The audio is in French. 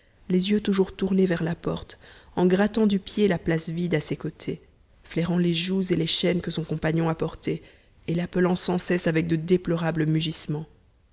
les yeux toujours tournés vers la porte en grattant du pied la place vide à ses côtés flairant les jougs et les chaînes que son compagnon a portés et l'appelant sans cesse avec de déplorables mugissements